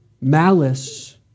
Malice